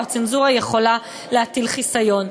או הצנזורה יכולה להטיל חיסיון.